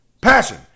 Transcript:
passion